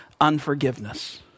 unforgiveness